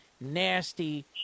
nasty